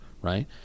right